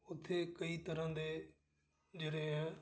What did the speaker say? ਉੱਥੇ ਕਈ ਤਰ੍ਹਾਂ ਦੇ ਜਿਹੜੇ ਹੈ